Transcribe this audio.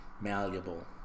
malleable